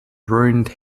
ruined